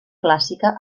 clàssica